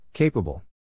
Capable